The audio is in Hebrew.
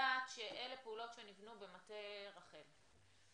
לדעת שאלה פעולות שנבנו במטה רח"ל?